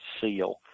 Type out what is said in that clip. SEAL